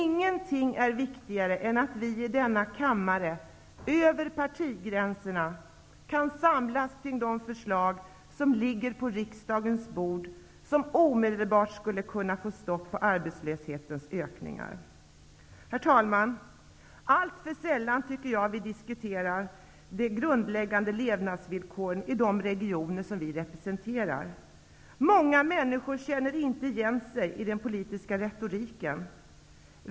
Ingenting är viktigare än att vi i denna kammare över partigränserna kan samlas kring de förslag som ligger på riksdagens bord och som omedelbart skulle kunna få stopp på arbetslöshetens ökningar. Herr talman! Alltför sällan diskuterar vi de grundläggande levnadsvillkoren i de regioner som vi representerar. Många människor känner inte igen sig i den politiska retoriken.